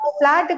flat